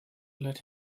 let